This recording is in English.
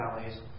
valleys